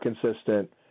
consistent